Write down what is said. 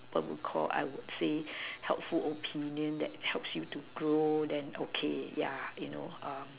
I would say helpful opinion that helps you to grow then okay yeah you know uh